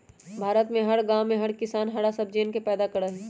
भारत में हर गांव में हर किसान हरा सब्जियन के पैदा करा हई